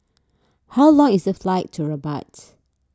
how long is the flight to Rabat